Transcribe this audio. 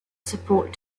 support